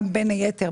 בין היתר,